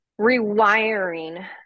rewiring